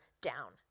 down